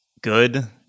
good